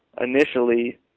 initially